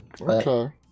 Okay